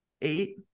Eight